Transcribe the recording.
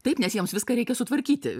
taip nes jiems viską reikia sutvarkyti